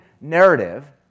narrative